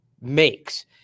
makes